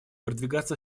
продвигаться